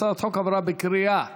הצעת החוק עברה בקריאה טרומית,